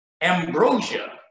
Ambrosia